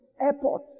airport